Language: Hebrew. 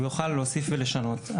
הוא יוכל להוסיף ולשנות.